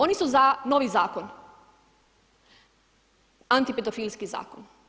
Oni su za novi zakon, antipedofilski zakon.